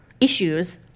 issues